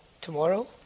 tomorrow